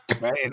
right